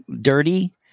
Dirty